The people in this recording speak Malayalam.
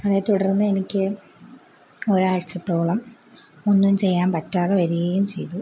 അതിനെ തുടർന്ന് എനിക്ക് ഒരാഴ്ചത്തോളം ഒന്നും ചെയ്യാൻ പറ്റാതെ വരികയും ചെയ്തു